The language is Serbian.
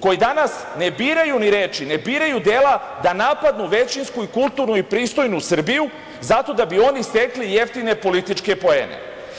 koji danas ne biraju ni reči, ne biraju dela da napadnu većinsku i kulturnu i pristojnu Srbiju zato da bi oni stekli jeftine političke poene.